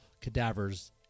cadaver's